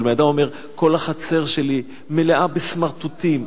אבל בן-אדם אומר: כל החצר שלי מלאה בסמרטוטים,